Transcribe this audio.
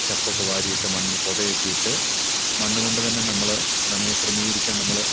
ചപ്പൊക്കെ വാരിയിട്ട് മണ്ണിൽ പൊതയൊക്കെയിട്ട് മണ്ണ് കൊണ്ടു തന്നെ നമ്മൾ നനയെ ക്രമീകരിക്കാൻ നമ്മൾ